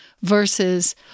versus